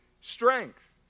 strength